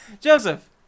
Joseph